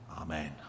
Amen